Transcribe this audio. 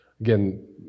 Again